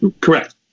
Correct